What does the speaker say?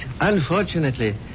unfortunately